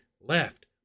left